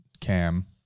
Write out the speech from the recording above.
Cam